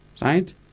right